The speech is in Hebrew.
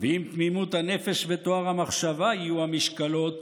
ואם תמימות הנפש וטוהר המחשבה יהיו המשקלות,